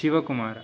शिवकुमारः